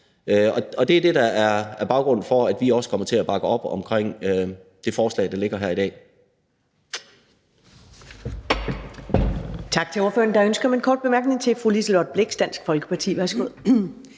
Og det er det, der er baggrunden for, at vi også kommer til at bakke op om det forslag, der ligger her i dag.